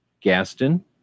gaston